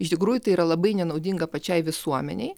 iš tikrųjų tai yra labai nenaudinga pačiai visuomenei